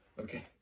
Okay